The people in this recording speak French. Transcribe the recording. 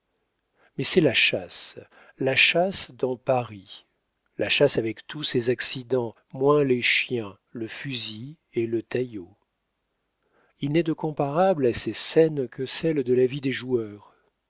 mais c'est la chasse la chasse dans paris la chasse avec tous ses accidents moins les chiens le fusil et le tahiau il n'est de comparable à ces scènes que celles de la vie des joueurs